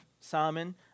Simon